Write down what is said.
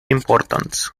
importance